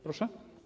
Proszę?